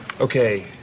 Okay